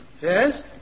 Yes